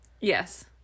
Yes